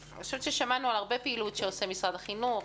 שמענו על הרבה פעילות שעושה משרד החינוך,